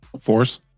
Force